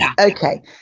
Okay